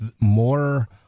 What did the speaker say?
more